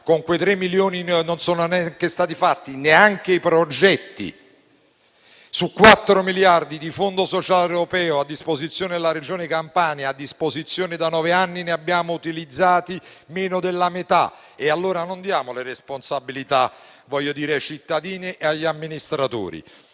Con quei tre milioni non sono stati predisposti neanche progetti. Su quattro miliardi di fondo sociale europeo, a disposizione della Regione Campania da nove anni, ne abbiamo utilizzati meno della metà. E allora non diamo le responsabilità ai cittadini e agli amministratori.